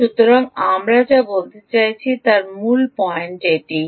সুতরাং আমরা যা বলতে চাইছি তার মূল পয়েন্ট এটিই